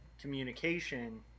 communication